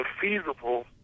feasible